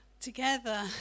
Together